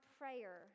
prayer